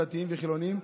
דתיים וחילוניים,